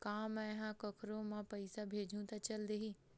का मै ह कोखरो म पईसा भेजहु त चल देही?